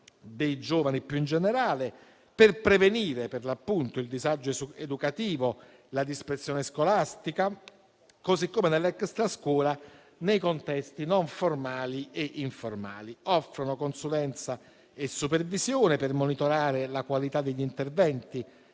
dei giovani, più in generale, per prevenire per l'appunto il disagio educativo e la dispersione scolastica, così come nell'extra-scuola e nei contesti non formali e informali, offrono consulenza e supervisione per monitorare la qualità degli interventi